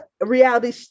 reality